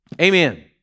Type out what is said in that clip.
Amen